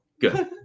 good